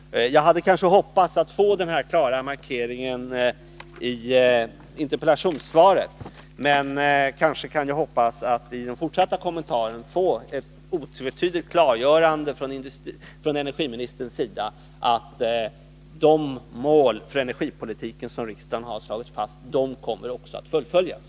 Jag hade hoppats på denna klara markering i interpellationssvaret, men jag kan kanske i ett kommande inlägg få ett sådant otvetydigt klargörande från energiministerns sida, att de mål för energipolitiken som riksdagen har lagt fast också kommer att fullföljas.